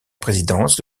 présidence